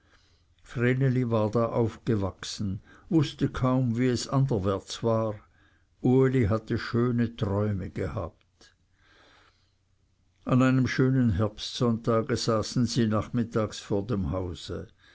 war da aufgewachsen wußte kaum wie es anderwärts war uli hatte schöne träume gehabt an einem schönen herbstsonntage saßen sie nachmittags vor dem hause